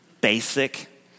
basic